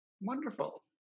Wonderful